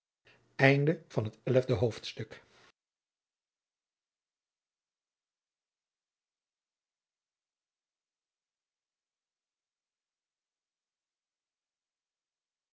van het spel